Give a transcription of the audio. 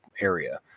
area